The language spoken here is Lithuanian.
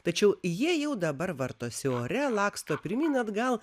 tačiau jie jau dabar vartosi ore laksto pirmyn atgal